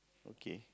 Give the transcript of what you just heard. okay